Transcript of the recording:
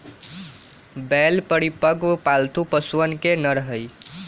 बैल परिपक्व, पालतू पशुअन के नर हई